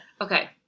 Okay